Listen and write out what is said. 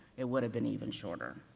it would have been even shorter.